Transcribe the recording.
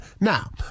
Now